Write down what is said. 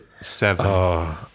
Seven